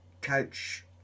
coach